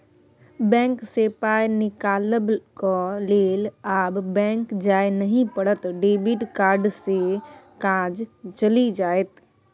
bank सँ पाय निकलाबक लेल आब बैक जाय नहि पड़त डेबिट कार्डे सँ काज चलि जाएत